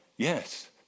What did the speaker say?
Yes